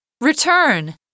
Return